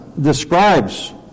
describes